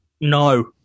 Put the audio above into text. No